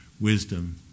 wisdom